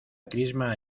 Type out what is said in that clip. crisma